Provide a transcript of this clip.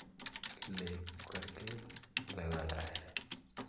लेप करके लगाना है